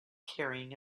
carrying